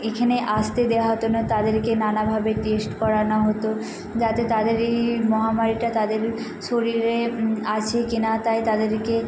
এইখানে আসতে দেওয়া হতো না তাদেরকে নানাভাবে টেস্ট করানো হতো যাতে তাদের এই মহামারীটা তাদের শরীরে আছে কি না তাই তাদেরকে